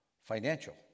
financial